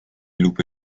lupe